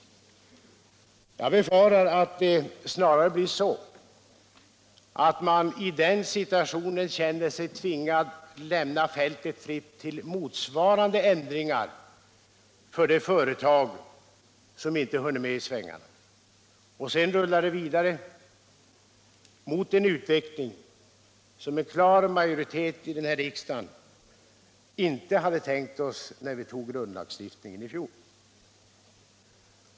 Jag befarar att det snarare blir så att man i den situationen känner sig tvingad att lämna fältet fritt för motsvarande ändringar hos de företag som inte hunnit med i svängarna. Och sedan rullar det vidare mot en utveckling som en klar majoritet av oss i den här riksdagen inte hade tänkt oss när vi tog grundlagstiftningen i fjol.